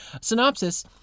Synopsis